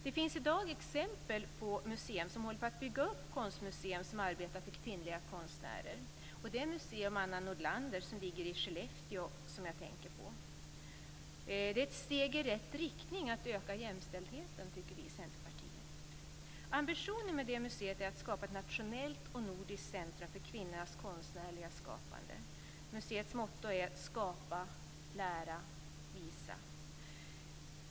Det finns i dag ett exempel där man håller på att bygga upp ett konstmuseum som arbetar för kvinnliga konstnärer. Det är museum Anna Nordlander, som ligger i Skellefteå, jag tänker på. Det är ett steg i rätt riktning för att öka jämställdheten, tycker vi i Centerpartiet. Ambitionen med det museet är att skapa ett nationellt och nordiskt centrum för kvinnornas konstnärliga skapande. Museets motto är: Skapa, lära, visa.